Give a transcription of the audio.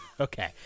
Okay